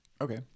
Okay